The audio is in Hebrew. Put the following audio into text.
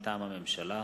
מטעם הממשלה: